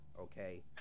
okay